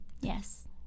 Yes